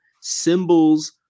symbols